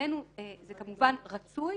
בעינינו זה כמובן רצוי.